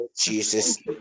Jesus